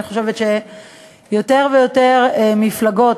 אני חושבת שיותר ויותר מפלגות,